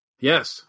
Yes